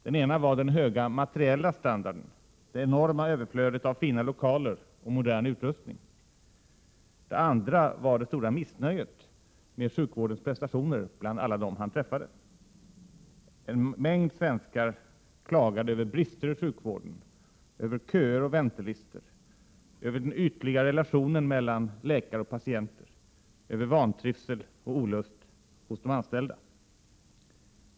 Den ena var den höga materiella standarden, det enorma överflödet av fina lokaler och modern utrustning. Den andra var det stora missnöjet med sjukvårdens prestationer bland alla dem han träffat. En mängd svenskar klagade över brister i sjukvården, över köer och väntelistor, över den ytliga relationen mellan läkare och patienter, över vantrivsel och olust hos de anställda.